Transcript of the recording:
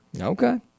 Okay